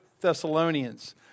Thessalonians